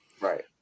right